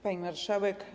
Pani Marszałek!